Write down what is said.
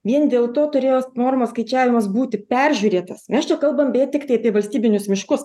vien dėl to turėjo normos skaičiavimas būti peržiūrėtas mes čia kalbame beje tiktai apie valstybinius miškus